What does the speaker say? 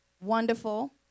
wonderful